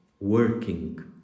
working